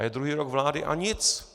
A je druhý rok vlády a nic!